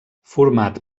format